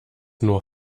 nur